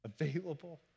available